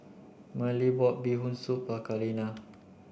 Merle bought bee hoon soup for Kaleena